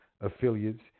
affiliates